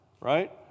right